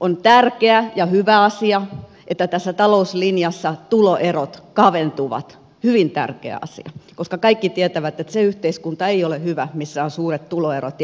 on tärkeä ja hyvä asia että tässä talouslinjassa tuloerot kaventuvat hyvin tärkeä asia koska kaikki tietävät että se yhteiskunta ei ole hyvä missä on suuret tuloerot